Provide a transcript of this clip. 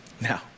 now